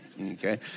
okay